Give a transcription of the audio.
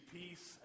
peace